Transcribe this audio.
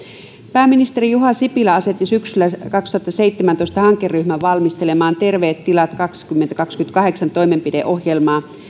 pääministeri juha sipilä asetti syksyllä kaksituhattaseitsemäntoista hankeryhmän valmistelemaan terveet tilat kaksituhattakaksikymmentäkahdeksan toimenpideohjelmaa